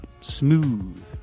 smooth